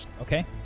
Okay